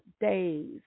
days